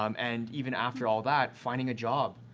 um and even after all that, finding a job,